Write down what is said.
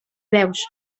veus